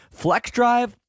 FlexDrive